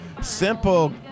simple